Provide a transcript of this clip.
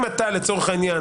אם אתה לצורך העניין